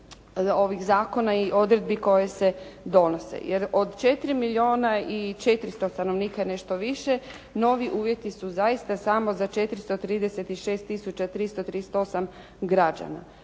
ovih zakona i odredbi koje se donose jer od 4 milijuna i 400 stanovnika i nešto više novi uvjeti su zaista samo za 436 tisuća 338 građana.